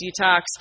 detox